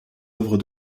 œuvres